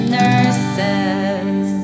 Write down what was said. nurses